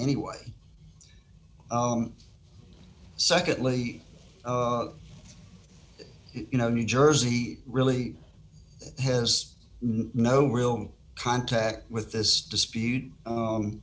anyway secondly you know new jersey really has no real contact with this dispute